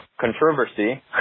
controversy